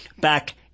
back